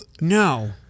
No